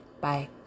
Bye